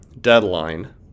deadline